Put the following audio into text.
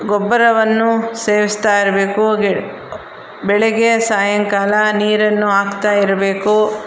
ಗೊಬ್ಬರವನ್ನು ಸೇವಿಸ್ತಾ ಇರಬೇಕು ಗಿ ಬೆಳಿಗ್ಗೆ ಸಾಯಂಕಾಲ ನೀರನ್ನು ಹಾಕ್ತಾ ಇರಬೇಕು